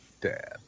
dad